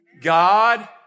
God